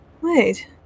wait